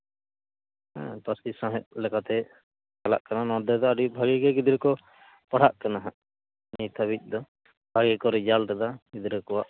ᱦᱮᱸ ᱯᱟᱹᱨᱥᱤ ᱥᱟᱶᱦᱮᱫ ᱞᱮᱠᱟᱛᱮ ᱪᱟᱞᱟᱜ ᱠᱟᱱᱟ ᱱᱚᱸᱰᱮ ᱫᱚ ᱟᱹᱰᱤ ᱵᱷᱟᱜᱮ ᱜᱮ ᱜᱤᱫᱽᱨᱟᱹ ᱠᱚ ᱯᱟᱲᱦᱟᱜ ᱠᱟᱱᱟ ᱦᱟᱸᱜ ᱱᱤᱛ ᱦᱟᱹᱵᱤᱡ ᱫᱚ ᱵᱷᱟᱜᱮ ᱜᱮᱠᱚ ᱨᱮᱡᱟᱞᱴ ᱫᱟ ᱜᱤᱫᱽᱨᱟᱹ ᱠᱚᱣᱟᱜ